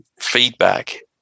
feedback